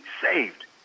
saved